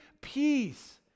peace